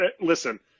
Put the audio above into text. Listen